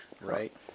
Right